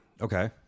Okay